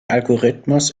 algorithmus